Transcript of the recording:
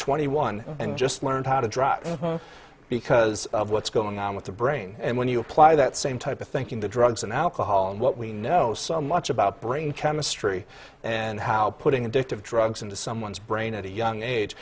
twenty one and just learned how to drive because of what's going on with the brain and when you apply that same type of thinking the drugs and alcohol and what we know so much about brain chemistry and how putting addictive drugs into someone's brain at a young age